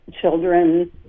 children